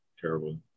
terrible